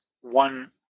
one